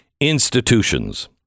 institutions